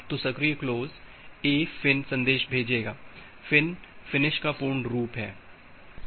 तो सक्रिय close host a FIN सन्देश भेजेगा फ़िन् फिनिश का पूर्ण रूप है